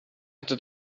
hatte